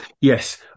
Yes